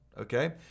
okay